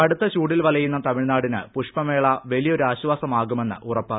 കടുത്ത ചൂടിൽ വലയുന്ന നാടിന് പുഷ്പമേള വലിയൊരു ആശ്വാസമാകുമെന്ന് ഉറപ്പ്